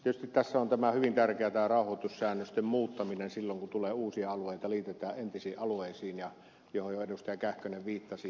tietysti tässä on hyvin tärkeä tämä rauhoitussäännösten muuttaminen silloin kun uusia alueita liitetään entisiin alueisiin johon jo ed